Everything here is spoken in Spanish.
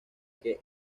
que